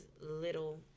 little